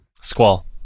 Squall